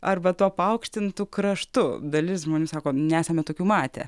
ar va tuo paaukštintu kraštu dalis žmonių sako nesame tokių matę